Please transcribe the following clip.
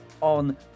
on